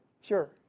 sure